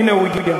הנה הוא הגיע.